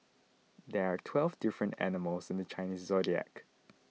there are twelve different animals in the Chinese zodiac